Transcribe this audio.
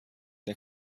der